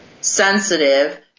sensitive